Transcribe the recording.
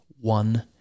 one